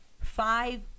Five